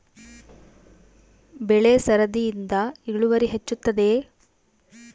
ಬೆಳೆ ಸರದಿಯಿಂದ ಇಳುವರಿ ಹೆಚ್ಚುತ್ತದೆಯೇ?